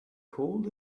called